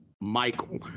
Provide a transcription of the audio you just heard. Michael